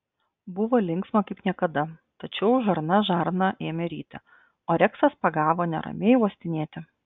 buvo linksma kaip niekada tačiau žarna žarną ėmė ryti o reksas pagavo neramiai uostinėti